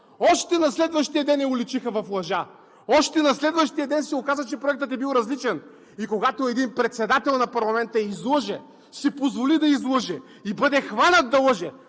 Още на следващия ден я уличиха в лъжа. Още на следващия ден се оказа, че Проектът е бил различен и когато един председател на парламента излъже, си позволи да излъже и бъде хванат да лъже